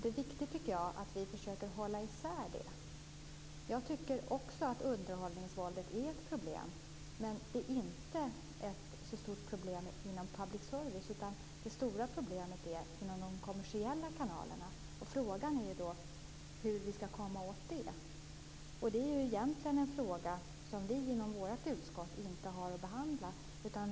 Det är viktigt att vi försöker hålla isär detta. Jag tycker också att underhållningsvåldet är ett problem, men det är inte ett så stort problem inom public service. Det stora problemet finns inom de kommersiella TV-kanalerna, och frågan är hur vi skall komma åt det. Detta är egentligen en fråga som vi i vårt utskott inte har att behandla.